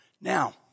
Now